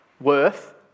worth